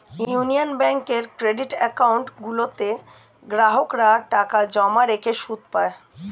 union ব্যাঙ্কের credit account গুলোতে গ্রাহকরা টাকা জমা রেখে সুদ পায়